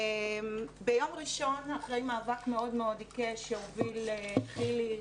ביום ראשון אחרי מאבק מאוד מאוד עיקש שהוביל חילי,